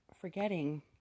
forgetting